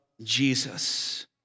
Jesus